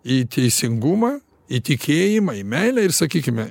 į teisingumą į tikėjimą į meilę ir sakykime